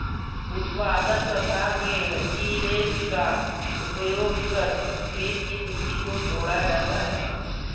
उत्पादन प्रथा में टिलेज़ का उपयोग कर खेत की मिट्टी को तोड़ा जाता है